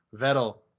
vettel